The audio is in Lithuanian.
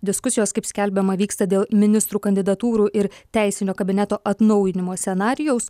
diskusijos kaip skelbiama vyksta dėl ministrų kandidatūrų ir teisinio kabineto atnaujinimo scenarijaus